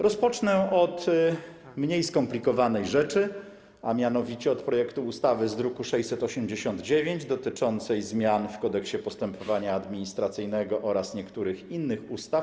Rozpocznę od mniej skomplikowanej rzeczy, a mianowicie od projektu ustawy z druku nr 689, dotyczącego zmian w Kodeksie postępowania administracyjnego oraz niektórych innych ustaw.